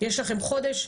יש לכם חודש,